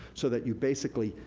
so that you, basically,